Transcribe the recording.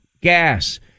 gas